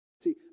See